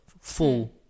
full